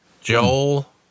Joel